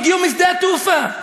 הגיעו משדה-התעופה.